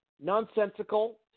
nonsensical